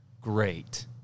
great